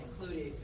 included